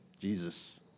Jesus